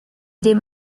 dem